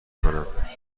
کنم